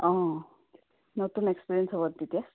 অঁ নতুন এক্সপিৰিয়েঞ্চ হ'ব তেতিয়া